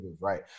Right